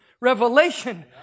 Revelation